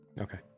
Okay